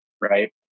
right